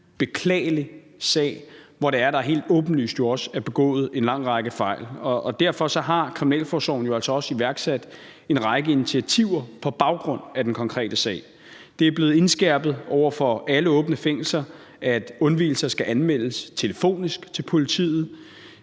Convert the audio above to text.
beklagelig sag, hvor der jo helt åbenlyst også er begået en lang række fejl. Derfor har kriminalforsorgen jo altså også iværksat en række initiativer på baggrund af den konkrete sag. Det er blevet indskærpet over for alle åbne fængsler, at undvigelser skal anmeldes telefonisk til politiet.